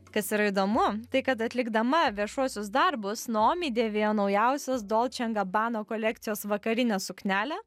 kas yra įdomu tai kad atlikdama viešuosius darbus naomi dėvėjo naujausios dolce and gabbana kolekcijos vakarinę suknelę